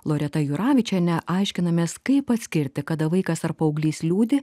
loreta juravičiene aiškinamės kaip atskirti kada vaikas ar paauglys liūdi